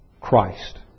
Christ